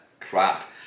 crap